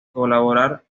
colaborar